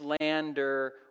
slander